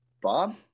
Bob